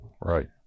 Right